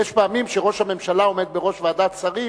יש פעמים שראש הממשלה עומד בראש ועדת שרים